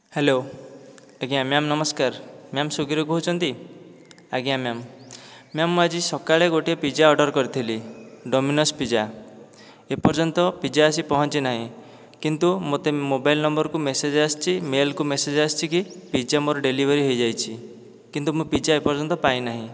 hello ଆଜ୍ଞା madam ନମସ୍କାର madam Swiggy ରୁ କହୁଛନ୍ତି ଆଜ୍ଞା ମ୍ୟାଡ଼ାମ ମ୍ୟାଡ଼ାମ ମୁଁ ଆଜି ସକାଳେ ଗୋଟିଏ ପିଜ୍ଜା ଅର୍ଡ଼ର କରିଥିଲି ଡୋମିନସ୍ ପିଜ୍ଜା ଏ ପର୍ଯ୍ୟନ୍ତ ପିଜ୍ଜା ଆଜି ପହଞ୍ଚି ନାହିଁ କିନ୍ତୁ ମୋତେ ମୋବାଇଲ୍ ନମ୍ବର କୁ ମେସେଜ୍ ଆସିଛି ମେଲ୍ କୁ ମେସେଜ୍ ଆସିଛି କି ପିଜ୍ଜା ମୋର ଡେଲିଭର ହୋଇଯାଇଛି କିନ୍ତୁ ମୁଁ ପିଜ୍ଜା ଏ ପର୍ଯ୍ୟନ୍ତ ପାଇନାହିଁ